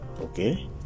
okay